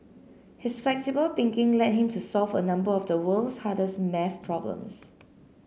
his flexible thinking led him to solve a number of the world's hardest math problems